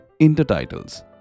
intertitles